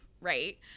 right